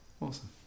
Awesome